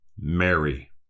Mary